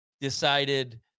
decided